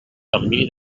termini